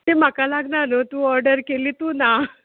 तें म्हाका लागना न्हू तूं ऑर्डर केल्ली तूं ना